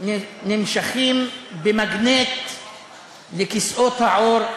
נמשכים במגנט לכיסאות העור,